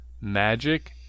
magic